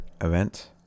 event